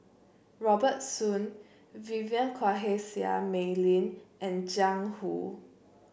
Robert Soon Vivien Quahe Seah Mei Lin and Jiang Hu